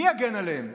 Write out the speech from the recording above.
מי יגן עליהם?